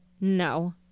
No